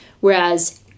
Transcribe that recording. Whereas